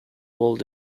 walt